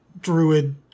Druid